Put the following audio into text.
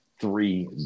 three